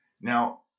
Now